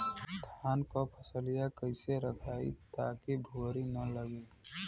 धान क फसलिया कईसे रखाई ताकि भुवरी न लगे?